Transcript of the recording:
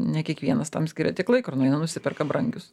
ne kiekvienas tam skiria tiek laiko ir nueina nusiperka brangius